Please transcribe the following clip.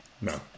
No